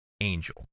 angel